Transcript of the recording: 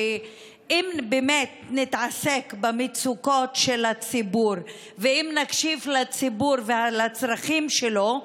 שאם באמת נתעסק במצוקות של הציבור ואם נקשיב לציבור ולצרכים שלו,